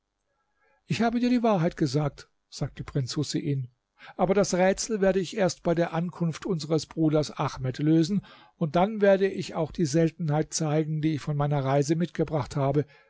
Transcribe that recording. ich habe dir die wahrheit gesagt sagte prinz husein aber das rätsel werde ich erst bei der ankunft unseres bruders ahmed lösen und dann werde ich auch die seltenheit zeigen die ich von meiner reise mitgebracht habe